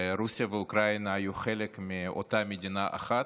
רוסיה ואוקראינה היו חלק מאותה מדינה אחת.